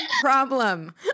problem